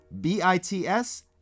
B-I-T-S